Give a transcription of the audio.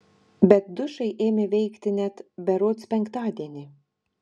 bet dušai ėmė veikti net berods penktadienį